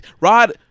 Rod